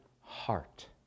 heart